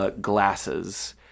glasses